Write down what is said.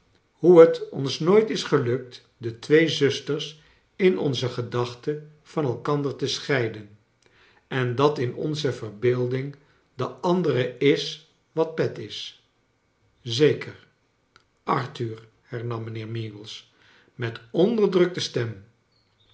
hoe t ons nooit is gelukt de twee zusters in onze gedachten van elkander te scheiden en dat in onze verbeelding de andere is wat pet is zeker arthur hernam mijnheer meagles met onderdrukte stem